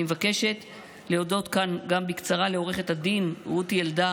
אני גם מבקשת להודות כאן בקצרה לעו"ד רותי אלדר